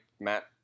Matt